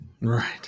Right